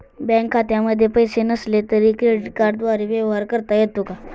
Bank खात्यामध्ये पैसे नसले तरी क्रेडिट कार्डद्वारे व्यवहार करता येतो का?